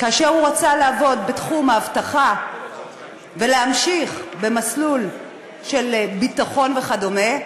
כאשר הוא רצה לעבוד בתחום האבטחה ולהמשיך במסלול של ביטחון וכדומה,